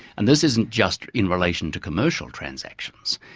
and this isn't just in relation to commercial transactions.